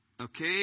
okay